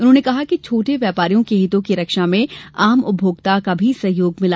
उन्होंने कहा कि छोटे व्यापारियों के हितों की रक्षा में आम उपभोक्ता का भी सहयोग मिला